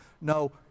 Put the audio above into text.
no